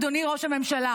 אדוני ראש הממשלה,